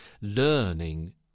learning